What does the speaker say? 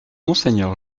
monseigneur